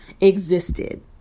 existed